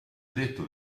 detto